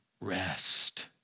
rest